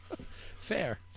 Fair